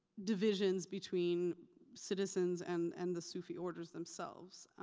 divisions between citizens and and the sufi orders themselves.